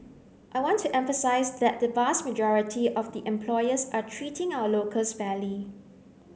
I want to emphasize that the vast majority of the employers are treating our locals fairly